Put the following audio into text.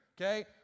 okay